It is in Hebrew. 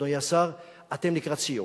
אדוני השר: אתם לקראת סיום.